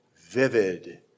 vivid